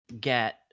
get